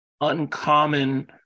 uncommon